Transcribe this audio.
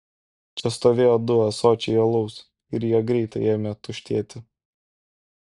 čia stovėjo du ąsočiai alaus ir jie greitai ėmė tuštėti